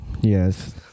Yes